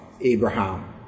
Abraham